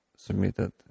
submitted